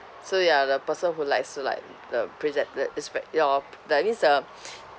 so you are the person who likes to like the prese~ the expect your that means uh